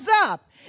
up